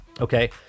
Okay